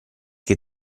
che